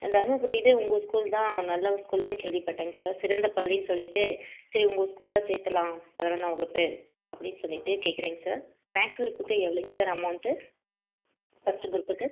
தருமபுரில உங்கள் ஸ்கூல் தான் நல்ல ஸ்கூலுன்னு கேள்விப்பட்டேங்க சார் சிறந்த பள்ளின்னு சொல்லிவிட்டு சரி உங்கள் ஸ்கூலில் சேர்த்துர்லாம் பதினொன்னாம் வகுப்பு அப்படின் சொல்லிவிட்டு கேட்கறேங்க சார் மேக்ஸ் க்ரூப்புக்கு எவ்ளோங்க சார் அமௌன்ட்டு ஃபஸ்ட்டு க்ரூப்புக்கு